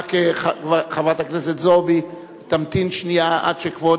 רק חברת הכנסת זועבי תמתין שנייה עד שכבוד